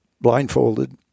blindfolded